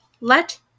let